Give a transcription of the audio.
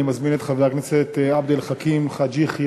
אני מזמין את חבר הכנסת עבד אל חכים חאג' יחיא,